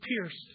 pierced